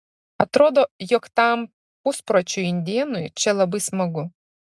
atrodo jog tam puspročiui indėnui čia labai smagu